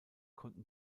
konnten